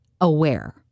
Aware